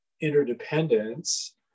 interdependence